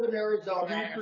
but arizona